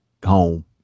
Home